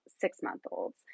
six-month-olds